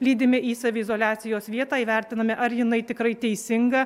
lydime į saviizoliacijos vietą įvertiname ar jinai tikrai teisinga